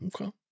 Okay